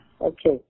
okay